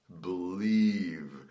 believe